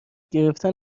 گرفتن